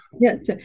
Yes